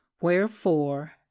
wherefore